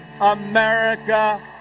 America